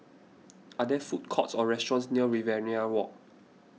are there food courts or restaurants near Riverina Walk